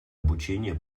обучения